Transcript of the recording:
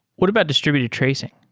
what about distributed tracing?